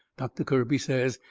doctor kirby says,